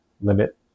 limit